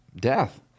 death